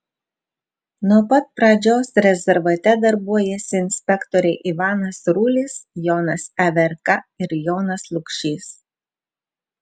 nuo pat pradžios rezervate darbuojasi inspektoriai ivanas rulis jonas averka ir jonas lukšys